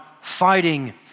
fighting